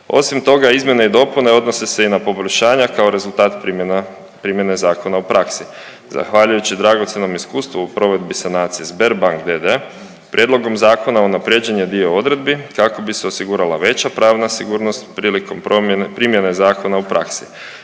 Osim toga izmjene i dopune odnose se i na poboljšanja kao rezultat primjena, primjene zakona u praksi. Zahvaljujući dragocjenom iskustvu u provedbi sanacije Sberbank d.d. prijedlogom zakona unaprijeđen je dio odredbi kako bi se osigurala veća pravna sigurnost prilikom promjene, primjene zakona u praksi.